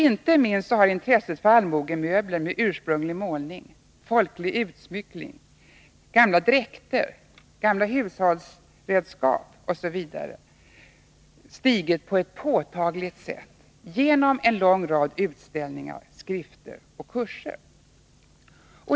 Inte minst har intresset för allmogemöbler med ursprunglig målning, folklig utsmyckning, gamla dräkter, gamla hushållsredskap osv. stigit på ett påtagligt sätt genom en lång rad utställningar, skrifter och kurser.